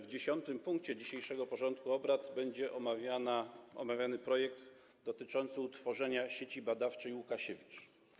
W 12. punkcie dzisiejszego porządku obrad będzie omawiany projekt dotyczący utworzenia Sieci Badawczej Łukasiewicz.